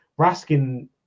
Raskin